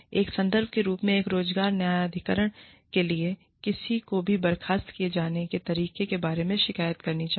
एक संदर्भ के रूप में एक रोज़गार न्यायाधिकरण के लिए किसी को उनके बर्खास्त किए जाने के तरीके के बारे में शिकायत करनी चाहिए